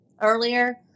earlier